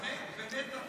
באמת,